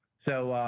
so,